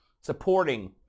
supporting